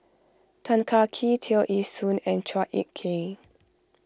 Tan Kah Kee Tear Ee Soon and Chua Ek Kay